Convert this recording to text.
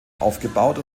aufgebaut